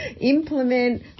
Implement